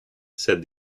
said